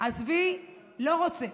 עזבי, לא רוצה.